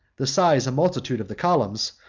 the size and multitude of the columns,